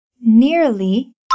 nearly